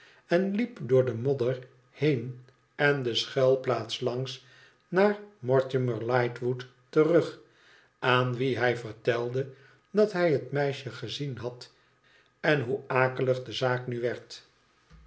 en liep door de modder heen en de schuilplaats langs naar mortimer lightwood terug aan wien hij vertelde dat hij het meisje gezien had en hoe akelig de zaak nu werd